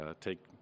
take